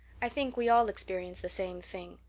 i think we all experience the same thing.